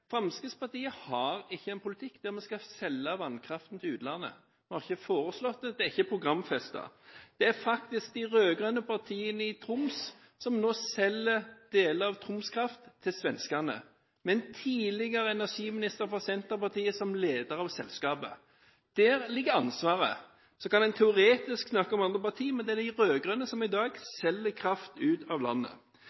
Fremskrittspartiet har ikke en politikk der vi skal selge vannkraften til utlandet. Vi har ikke foreslått det, det er ikke programfestet. Det er faktisk de rød-grønne partiene i Troms som nå selger deler av Troms Kraft til svenskene, med en tidligere energiminister fra Senterpartiet som leder av selskapet. Der ligger ansvaret. Så kan en teoretisk snakke om andre partier, men det er de rød-grønne som i dag